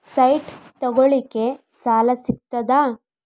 Site ತಗೋಳಿಕ್ಕೆ ಸಾಲಾ ಸಿಗ್ತದಾ?